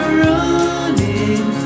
running